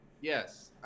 Yes